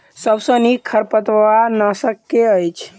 सबसँ नीक खरपतवार नाशक केँ अछि?